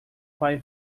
pai